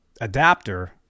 adapter